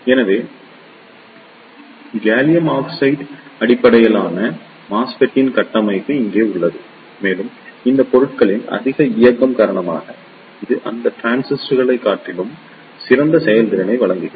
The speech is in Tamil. எனவே காலியம் ஆர்சனைடு அடிப்படையிலான மெஸ்ஃபெட்டின் கட்டமைப்பு இங்கே உள்ளது மேலும் இந்த பொருட்களின் அதிக இயக்கம் காரணமாக இது மற்ற டிரான்சிஸ்டர்களைக் காட்டிலும் சிறந்த செயல்திறனை வழங்குகிறது